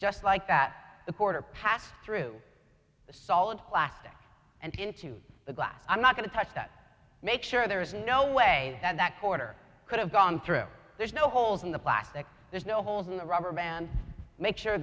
just like that the border passed through the solid plastic and into the glass i'm not going to touch that make sure there is no way that quarter could have gone through there's no holes in the plastic there's no holes in the rubber band make sure